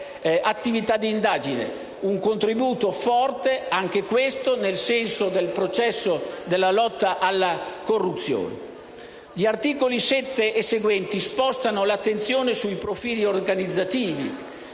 attività d'indagine; un contributo forte, anche questo, nel senso del processo della lotta alla corruzione. Gli articoli 7 e seguenti spostano l'attenzione sui profili organizzativi